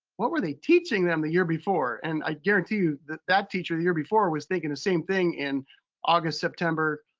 what were they teaching them the year before? and i guarantee you that that teacher the year before was thinking the same thing in august, september,